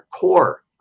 core